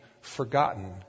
forgotten